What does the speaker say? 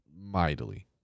mightily